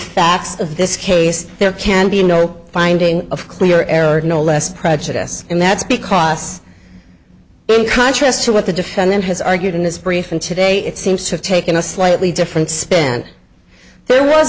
facts of this case there can be no finding of clear error no less prejudice and that's because in contrast to what the defendant has argued in this briefing today it seems to have taken a slightly different spin and there was